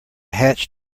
hatch